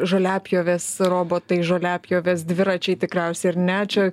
žoliapjovės robotai žoliapjovės dviračiai tikriausiai ir ne čia